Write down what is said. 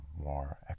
more